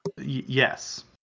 Yes